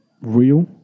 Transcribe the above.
real